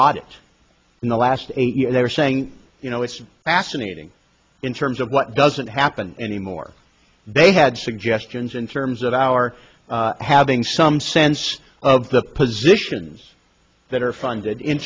audit in the last eight years they were saying you know it's fascinating in terms of what doesn't happen anymore they had suggestions in terms of our having some sense of the positions that are funded in